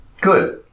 Good